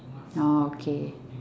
orh okay